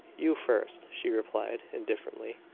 you first, she replied, indifferently.